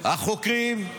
החוקרים,